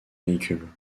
véhicule